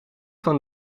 van